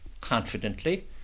confidently